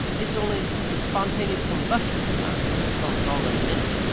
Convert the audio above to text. it's only the spontaneous combustion kind that comes all in a minute,